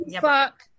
Fuck